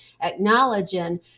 acknowledging